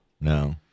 No